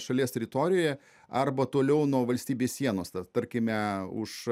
šalies teritorijoje arba toliau nuo valstybės sienos ta tarkime už